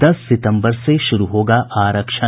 दस सितम्बर से शुरू होगा आरक्षण